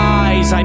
eyes